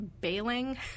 bailing